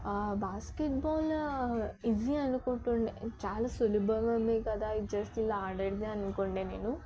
basketball easy అనుకుంటు ఉండే చాలా సులభం కదా ఇది జస్ట్ ఇలా ఆడేది అనుకుండే నేను